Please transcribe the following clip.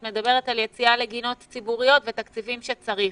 את מדברת על יציאה לגינות ציבוריות ותקציבים שצריך.